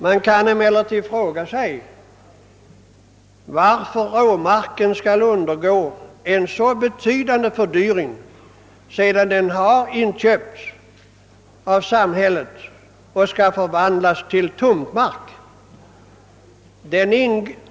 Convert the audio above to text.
Man kan emellertid fråga sig varför råmarken skall undergå en så betydande fördyring, sedan den har inköpts av samhället och skall förvandlas till tomtmark.